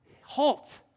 halt